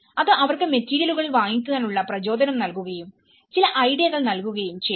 അത് അവർക്ക് മെറ്റീരിയലുകൾ വാങ്ങിക്കാനുള്ള പ്രചോദനം നൽകുകയും ചില ഐഡിയകൾ നൽകുകയും ചെയ്തു